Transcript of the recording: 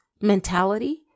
mentality